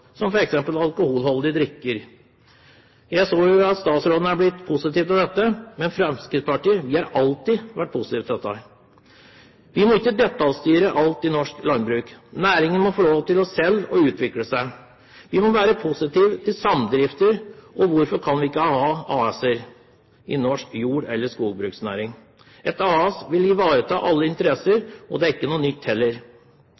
som f.eks. alkoholholdige drikker. Jeg så at statsråden hadde blitt positiv til dette, men Fremskrittspartiet har alltid vært positiv til det. Vi må ikke detaljstyre alt i norsk landbruk. Næringen må selv få lov til å utvikle seg. Vi må være positive til samdrift. Og hvorfor kan vi ikke ha AS-er i norsk jord- eller skogbruksnæring? Et AS vil ivareta alle